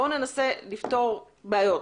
בואו ננסה לפתור בעיות.